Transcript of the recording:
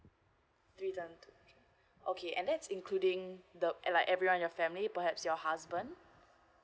three thousand okay okay and that's including the uh like everyone in your family perhaps your husband